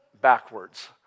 backwards